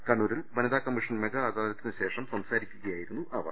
കണ്ണൂരിൽ വനിത commission mega അദാലത്തിന് ശേഷം സംസാരിക്കുകയായിരുന്നു അവർ